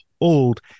Old